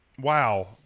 Wow